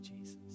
Jesus